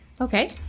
Okay